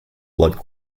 blood